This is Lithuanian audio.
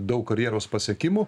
daug karjeros pasiekimų